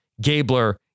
Gabler